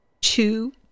Two